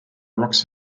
rocks